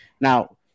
Now